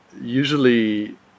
usually